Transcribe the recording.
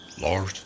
Lord